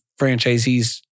franchisees